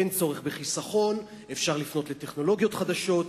אין צורך בחיסכון, אפשר לפנות לטכנולוגיות חדשות,